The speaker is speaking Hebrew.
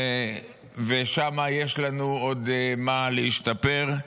ושם יש לנו עוד מה להשתפר.